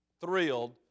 thrilled